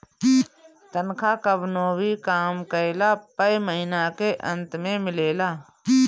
तनखा कवनो भी काम कइला पअ महिना के अंत में मिलेला